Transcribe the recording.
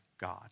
God